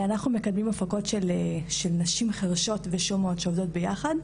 אנחנו מקדמים הפקות של נשים חרשות ושומעות שעובדות ביחד,